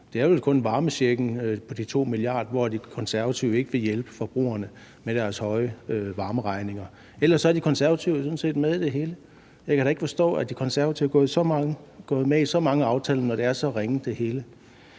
Det er vel kun varmechecken på de 2 mia. kr., hvor De Konservative ikke vil hjælpe forbrugerne med deres høje varmeregninger. Ellers er De Konservative sådan set med i det hele, og jeg kan da ikke forstå, at De Konservative er gået med i så mange aftaler, når det hele er så ringe. Det synes